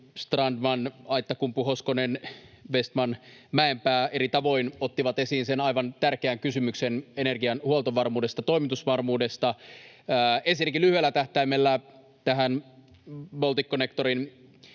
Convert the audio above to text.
Strandman, Aittakumpu, Hoskonen, Vestman, Mäenpää — eri tavoin ottivat esiin aivan tärkeän kysymyksen energian huoltovarmuudesta, toimitusvarmuudesta. Ensinnäkin lyhyellä tähtäimellä tähän Balticconnectorin